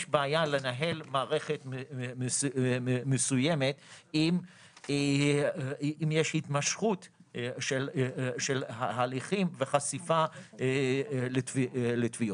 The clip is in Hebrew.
יש בעיה לנהל מערכת מסוימת אם יש התמשכות של ההליכים וחשיפה לתביעות.